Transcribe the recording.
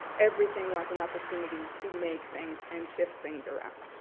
everything was an opportunity to make things and shift things around.